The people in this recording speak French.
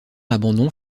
abandon